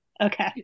Okay